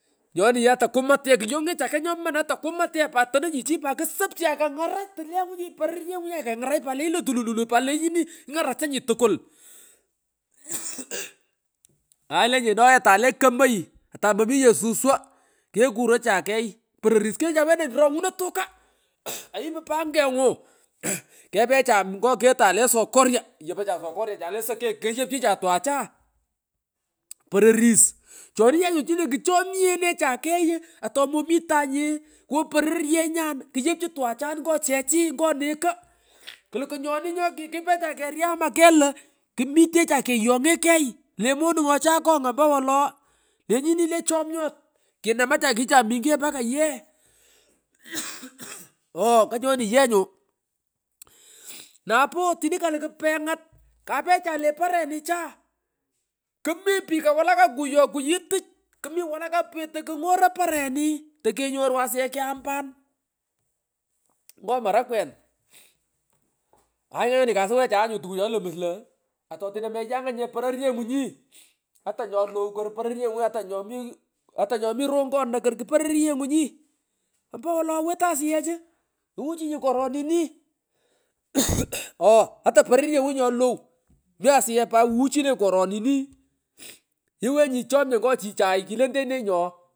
Nyoni yee ata kumat yee kyongecha kegh nyoroma atakumat yee pat tenonyi chii pat ksop chii akungarach tulyengu nyi pororyengu nyinyaye kangaroch pot lenyini lo tululululu pat onyini ngarakonyi tukul mzhuu hay enye naye tala kemoy atay mominye suswo kekurocha kegh pororis kilocha wena ronguno tuka mmhee ayipu pangengu mmhe kepecha nyu ngo ketay le sokorya yopocha sokorya chale soke keyepchicha twacha kumung peroris choni nyu chini kuchemnyereacha kugh ii atemamitanye kwo porortenyan kyepechu twachari ngo neko kluku nyoni nyikipecha keryama ket lo kmitecha keyongee kegh le monungo chii akonga omopwolo lenyini le chomnyesh knomacha kchicha mingech mpaka yee kurogh ooh nganyoni yee nyu ngututa ng’ulyan napo tini kaluku penga karecha le parenicha kni piko walaka kugekwiyi tuchi iksmi walaka petoy. Nganyoni kasuwecha aah nyu tukuchoni lapagh lo atotino meyanga nyine pororyengunyi ata nyolow ko porongunyi ata nyomi rongomi no ko kpororyengunyi ompowo wetoy asuyeeh iwuchunyi koropini kragh ooh ko kpororyengunyi ompewo weetoy asuyech iwuchunyi keropini asuyech iwenyi chomnyongo chichay kilendenyi ooh.